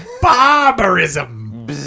barbarism